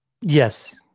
Yes